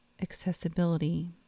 accessibility